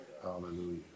Hallelujah